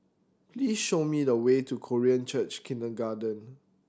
please show me the way to Korean Church Kindergarten